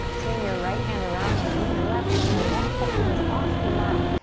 swing your right hand around to meet your left, we're gonna walk the hands off the mat,